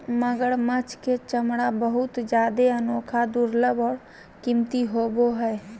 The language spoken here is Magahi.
मगरमच्छ के चमरा बहुत जादे अनोखा, दुर्लभ और कीमती होबो हइ